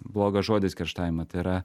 blogas žodis kerštavimo tai yra